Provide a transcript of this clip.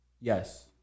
Yes